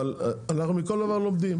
אבל אנחנו לומדים